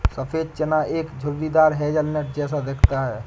सफेद चना एक झुर्रीदार हेज़लनट जैसा दिखता है